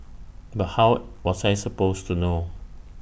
but how was I supposed to know